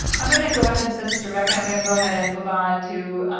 i'm going to go ahead this is rebecca i'm going to go ahead and move on to